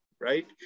right